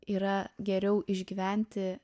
yra geriau išgyventi